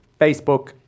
Facebook